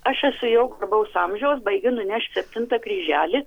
aš esu jau garbaus amžiaus baigiu nunešt septintą kryželį